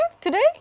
today